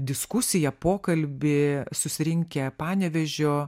diskusiją pokalbį susirinkę panevėžio